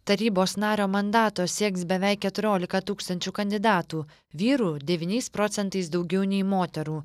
tarybos nario mandato sieks beveik keturiolika tūkstančių kandidatų vyrų devyniais procentais daugiau nei moterų